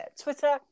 Twitter